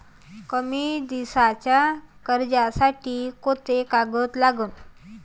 कमी दिसाच्या कर्जासाठी कोंते कागद लागन?